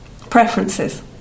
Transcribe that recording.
preferences